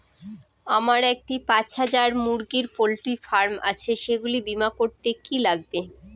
আমার একটি পাঁচ হাজার মুরগির পোলট্রি আছে সেগুলি বীমা করতে কি লাগবে?